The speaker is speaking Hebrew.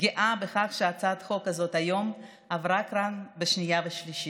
גאה בכך שהצעת החוק הזאת היום עברה כאן בשנייה ושלישית.